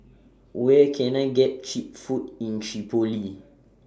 Where Can I get Cheap Food in Tripoli